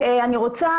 אני רוצה,